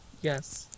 yes